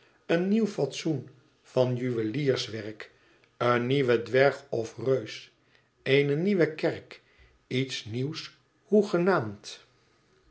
een nieuw fatsoen van juwelierswerk een nieuwe dwerg of reus eene nieuwe kerk iets nieuws hoegenaamd